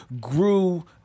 grew